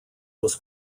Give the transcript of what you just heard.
was